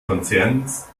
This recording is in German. konzerns